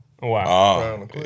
Wow